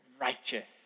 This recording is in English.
righteous